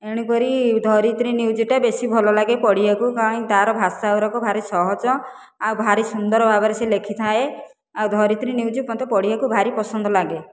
ଏଣୁକରି ଧରିତ୍ରୀ ନିୟୁଜ୍ ଟା ବେଶି ଭଲ ଲାଗେ ପଢ଼ିବାକୁ କାହିଁ ତା'ର ଭାଷାଗୁଡ଼ାକ ଭାରି ସହଜ ଆଉ ଭାରି ସୁନ୍ଦର ଭାବରେ ସେ ଲେଖିଥାଏ ଆଉ ଧରିତ୍ରୀ ନିୟୁଜ୍ ମୋତେ ପଢ଼ିବାକୁ ଭାରି ପସନ୍ଦ ଲାଗେ